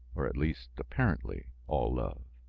or at least apparently all love.